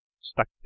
stuck